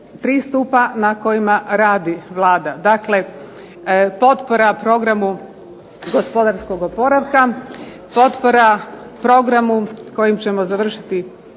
na kojima radi Vlada. Dakle, potpora programu gospodarskog oporavka, potpora programu kojim ćemo završiti